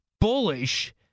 bullish